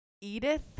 Edith